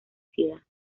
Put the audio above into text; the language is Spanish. sida